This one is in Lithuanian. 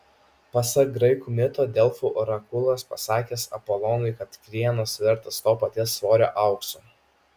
pasak graikų mito delfų orakulas pasakęs apolonui kad krienas vertas to paties svorio aukso